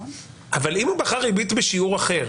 אבל אם הוא בחר ריבית בשיעור אחר?